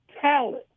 talent